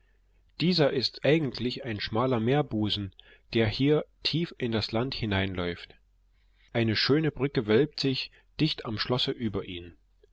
dieser ist eigentlich ein schmaler meerbusen der hier tief in das land hineinläuft eine schöne brücke wölbt sich dicht am schlosse über ihn